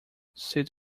sit